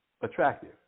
attractive